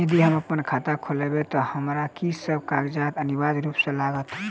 यदि हम अप्पन खाता खोलेबै तऽ हमरा की सब कागजात अनिवार्य रूप सँ लागत?